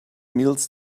meals